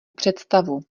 představu